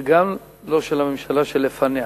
וגם לא של הממשלה שלפניה.